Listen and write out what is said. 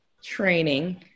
training